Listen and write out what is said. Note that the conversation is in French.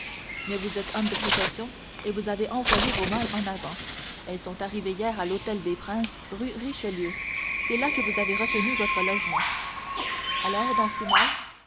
mais vous êtes homme de précaution et vous avez envoyé vos malles en avant elles sont arrivées hier à l'hôtel des princes rue richelieu c'est là que vous avez retenu votre logement alors dans ces malles